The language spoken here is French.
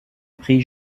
prix